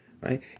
Right